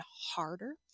harder